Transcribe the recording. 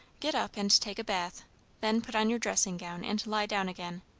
get up and take a bath then put on your dressing-gown and lie down again.